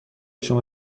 شما